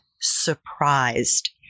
surprised